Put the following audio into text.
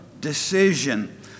decision